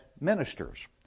ministers